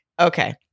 Okay